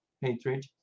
hatred